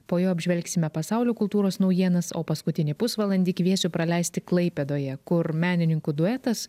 po jo apžvelgsime pasaulio kultūros naujienas o paskutinį pusvalandį kviesiu praleisti klaipėdoje kur menininkų duetas